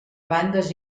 bandes